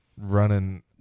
running